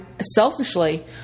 selfishly